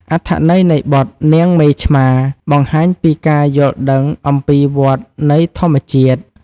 អត្ថន័យនៃបទ នាងមេឆ្មា បង្ហាញពីការយល់ដឹងអំពីវដ្តនៃធម្មជាតិ។